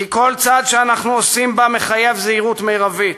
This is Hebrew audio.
כי כל צעד שאנחנו עושים בה מחייב זהירות מרבית.